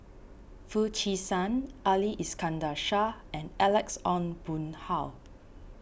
Foo Chee San Ali Iskandar Shah and Alex Ong Boon Hau